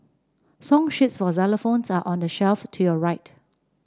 song sheets for xylophones are on the shelf to your right